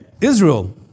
Israel